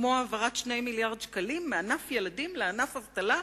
כמו העברת 2 מיליארדי שקלים מענף ילדים לענף אבטלה,